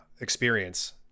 experience